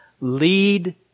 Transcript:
lead